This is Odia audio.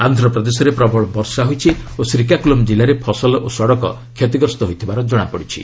ଆନ୍ଧ୍ରପ୍ରଦେଶରେ ପ୍ରବଳ ବର୍ଷା ହୋଇଛି ଓ ଶ୍ରୀକାକୁଲମ୍ ଜିଲ୍ଲାରେ ଫସଲ ଓ ସଡ଼କ କ୍ଷତିଗ୍ରସ୍ତ ହୋଇଥିବାର ଜଣାପଡ଼ିଛି